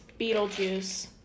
Beetlejuice